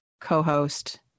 co-host